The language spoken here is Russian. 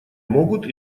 могут